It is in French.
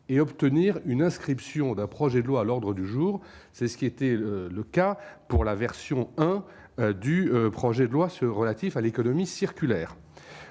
et obtenir une inscription d'un projet de loi à l'ordre du jour, c'est ce qui était le cas pour la version 1 du projet de loi ceux relatifs à l'économie circulaire